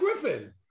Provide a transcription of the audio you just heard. Griffin